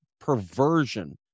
perversion